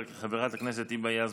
חברת הכנסת היבה יזבק,